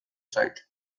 zait